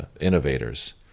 innovators